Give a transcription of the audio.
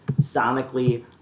sonically